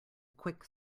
quick